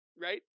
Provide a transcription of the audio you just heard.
Right